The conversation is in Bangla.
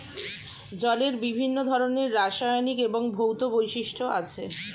জলের বিভিন্ন ধরনের রাসায়নিক এবং ভৌত বৈশিষ্ট্য আছে